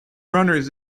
runners